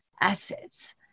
assets